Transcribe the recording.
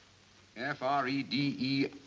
f r e d e